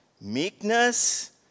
meekness